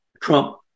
Trump